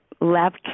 left